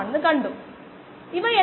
128 1v 1 4